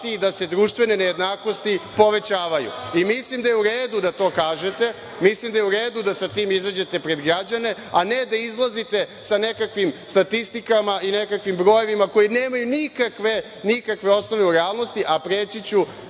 da se društvene nejednakosti povećavaju. Mislim da je u redu da to kažete, mislim da je u redu da sa tim izađete pred građane, a ne da izlazite sa nekakvim statistikama i nekakvim brojevima koji nemaju nikakve, nikakve osnove u realnosti, a preći ću